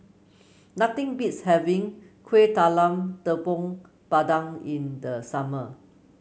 nothing beats having Kueh Talam Tepong Pandan in the summer